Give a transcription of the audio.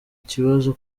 kibazo